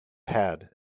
had